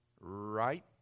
Right